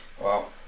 Wow